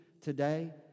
today